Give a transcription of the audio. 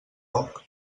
poc